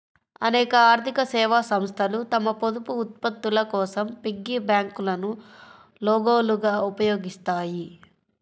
అనేక ఆర్థిక సేవా సంస్థలు తమ పొదుపు ఉత్పత్తుల కోసం పిగ్గీ బ్యాంకులను లోగోలుగా ఉపయోగిస్తాయి